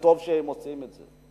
וטוב שהם עושים את זה,